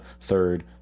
third